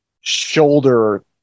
shoulder